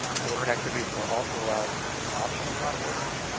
ordering activities are also allowed to put options on orders.